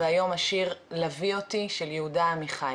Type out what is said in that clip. והיום השיר "לווי אותי" של יהודה עמיחי: